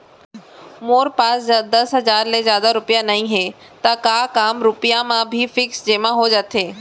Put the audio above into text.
मोर पास दस हजार ले जादा रुपिया नइहे त का कम रुपिया म भी फिक्स जेमा हो जाथे?